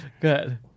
Good